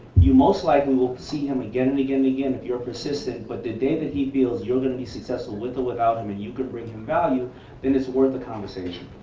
you most likely will see him again and again and again if you are persistent. but the day that he feels you're going to be successful with or without him and you can bring him value then it's worth a conversation.